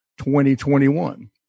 2021